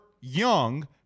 Young